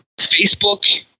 Facebook